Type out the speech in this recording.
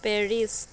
Paris